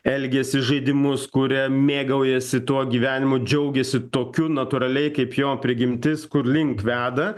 elgesį žaidimus kuria mėgaujasi tuo gyvenimu džiaugiasi tokiu natūraliai kaip jo prigimtis kurlink veda